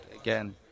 again